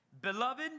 Beloved